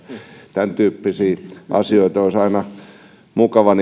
tämäntyyppisiä asioita olisi aina mukava